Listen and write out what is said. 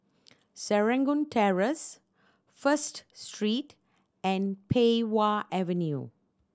Serangoon Terrace First Street and Pei Wah Avenue